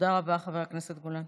תודה רבה, חבר הכנסת גולן.